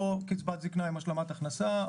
או קצבת זקנה עם השלמת הכנסה,